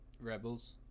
Rebels